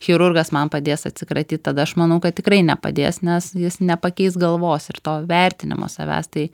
chirurgas man padės atsikratyt tada aš manau kad tikrai nepadės nes jis nepakeis galvos ir to vertinimo savęs tai